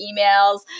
emails